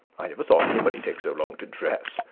i never saw anybody take so long to dress,